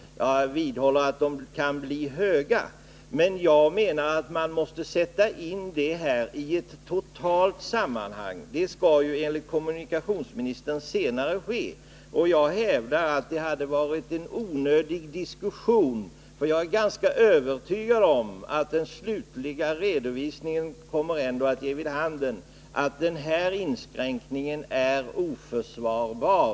Jag vidhåller att de siffrorna kan bli höga, men jag tycker att man måste sätta in dem i ett totalt sammanhang. Detta skall också enligt kommunikationsministern ske senare, men jag hävdar att det nu har blivit en onödig diskussion. Jag är ganska övertygad om att den slutliga redovisningen ändå kommer att ge vid handen att den här inskränkningen är oförsvarbar.